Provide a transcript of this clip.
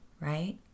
right